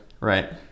right